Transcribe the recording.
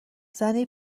زنی